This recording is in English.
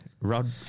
Rod